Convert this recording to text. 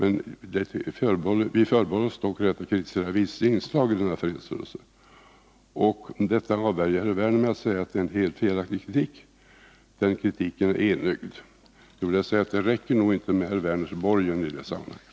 Vi förbehåller oss dock rätten att kritisera vissa inslag i denna fredsrörelse. Detta avvärjer herr Werner med att säga att det är en helt felaktig kritik, att den kritiken är enögd. Då vill jag säga att det räcker nog inte med herr Werners borgen i det sammanhanget.